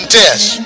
test